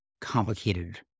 complicated